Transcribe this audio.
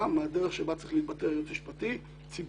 מהדרך שבה צריך להתבטא יועץ משפטי ציבורי,